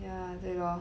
ya 对 lor